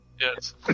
Yes